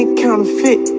counterfeit